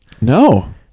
No